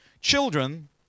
Children